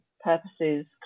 purposes